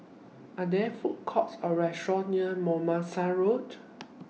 Are There Food Courts Or Restaurant near Mimosa Road